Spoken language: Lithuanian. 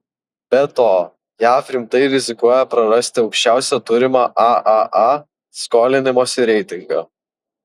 be to jav rimtai rizikuoja prarasti aukščiausią turimą aaa skolinimosi reitingą